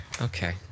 Okay